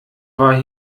war